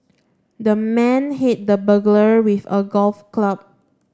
the man hit the burglar with a golf club